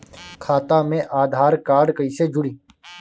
खाता मे आधार कार्ड कईसे जुड़ि?